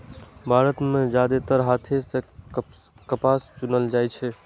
भारत मे जादेतर हाथे सं कपास चुनल जाइ छै